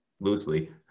loosely